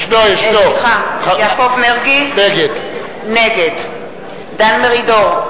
נגד דן מרידור,